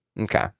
Okay